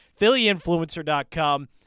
phillyinfluencer.com